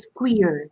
queer